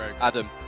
Adam